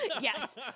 Yes